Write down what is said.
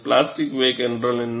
plastic வேக் என்றால் என்ன